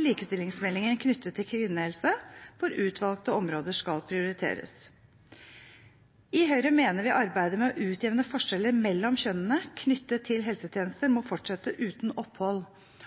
likestillingsmeldingen knyttet til kvinnehelse, hvor utvalgte områder skal prioriteres. I Høyre mener vi arbeidet med å utjevne forskjeller mellom kjønnene knyttet til helsetjenester må fortsette uten opphold,